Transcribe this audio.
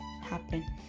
happen